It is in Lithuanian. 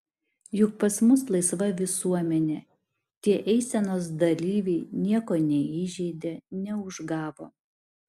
juk pas mus laisva visuomenė tie eisenos dalyviai nieko neįžeidė neužgavo